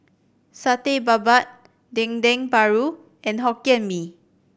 Satay Babat Dendeng Paru and Hokkien Mee